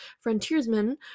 frontiersmen